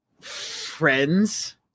Friends